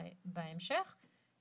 בהמשך.